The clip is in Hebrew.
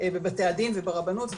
בבתי הדין וברבנות,